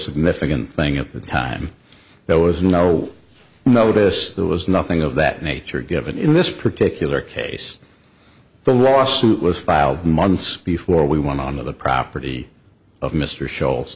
significant thing at the time there was no notice there was nothing of that nature given in this particular case the lawsuit was filed months before we want to honor the property of mr sh